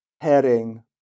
heading